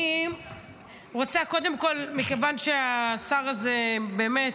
קודם כול, מכיוון שהשר הזה באמת,